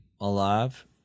Alive